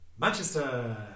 Manchester